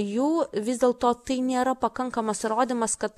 jų vis dėlto tai nėra pakankamas įrodymas kad